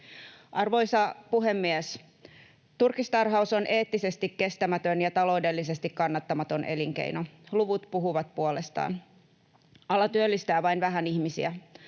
Arvoisa puhemies! Turkistarhaus on eettisesti kestämätön ja taloudellisesti kannattamaton elinkeino. Luvut puhuvat puolestaan: Ala työllistää vain vähän ihmisiä.